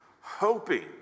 hoping